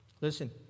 Listen